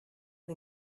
and